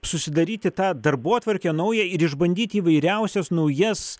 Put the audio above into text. susidaryti tą darbotvarkę naują ir išbandyti įvairiausias naujas